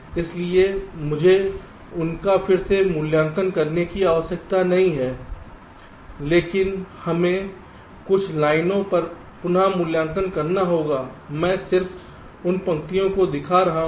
इसलिए मुझे इनका फिर से मूल्यांकन करने की आवश्यकता नहीं है लेकिन हमें कुछ लाइनों का पुन मूल्यांकन करना होगा मैं सिर्फ उन पंक्तियों को दिखा रहा हूं